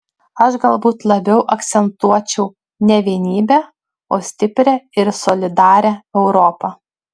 aš galbūt labiau akcentuočiau ne vienybę o stiprią ir solidarią europą